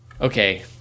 okay